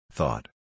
Thought